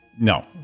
No